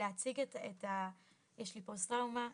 להציג יש לי פוסט טראומה וכו',